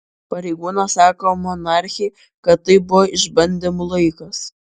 pareigūnas sako monarchei kad tai buvo išbandymų laikas